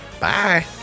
Bye